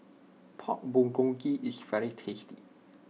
Pork Bulgogi is very tasty